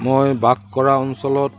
মই বাস কৰা অঞ্চলত